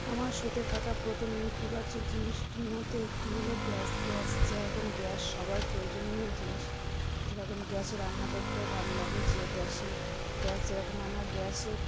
আমার সথে থাকা প্রথম ইতিবাচক জিনিসটির মধ্যে একটি হল গ্যাস গ্যাস যেরকম গ্যাস সবার প্রয়োজনীয় জিনিস যেরকম গ্যাসে রান্না করতেও ভালো লাগে যে গ্যাসে গ্যাস যেরকম আমরা গ্যাসে